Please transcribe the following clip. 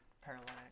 paralytic